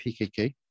PKK